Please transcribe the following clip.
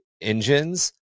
engines